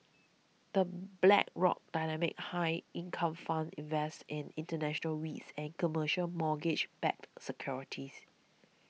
the Blackrock Dynamic High Income Fund invests in international Reits and commercial mortgage backed securities